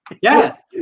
Yes